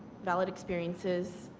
valid experiences,